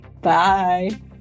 Bye